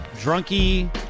Drunky